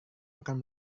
akan